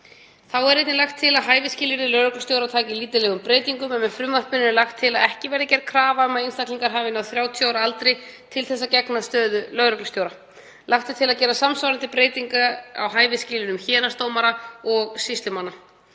Þá er einnig lagt til að hæfisskilyrði lögreglustjóra taki lítillegum breytingum en með frumvarpinu er lagt til að ekki verði gerð krafa um að einstaklingar hafi náð 30 ára aldri til að gegna stöðu lögreglustjóra. Lagt er til að gera samsvarandi breytingar á hæfisskilyrðum héraðsdómara og sýslumanna.